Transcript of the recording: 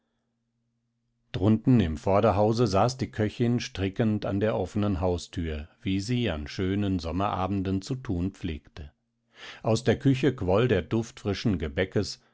drunten im vorderhause saß die köchin strickend an der offenen hausthür wie sie an schönen sommerabenden zu thun pflegte aus der küche quoll der duft frischen gebäckes